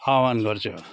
आह्वान गर्छु